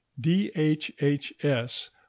DHHS